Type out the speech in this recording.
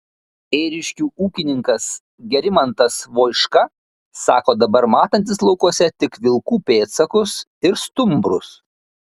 ėriškių ūkininkas gerimantas voiška sako dabar matantis laukuose tik vilkų pėdsakus ir stumbrus